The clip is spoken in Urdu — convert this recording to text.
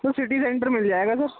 سر سٹی سینٹر مِل جائے گا سر